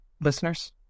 listeners